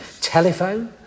telephone